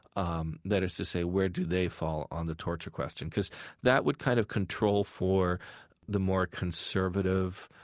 um that is to say, where do they fall on the torture question? because that would kind of control for the more conservative,